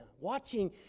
watching